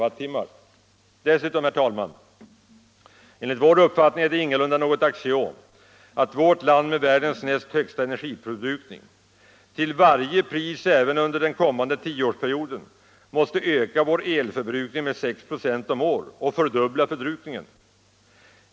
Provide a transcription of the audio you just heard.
Dessutom är det, herr talman, enligt vår uppfattning ingalunda något axiom att vårt land, med världens näst högsta energiförbrukning, till varje pris även under den kommande tioårsperioden måste öka sin elförbrukning med 6 96 om året och fördubbla förbrukningen.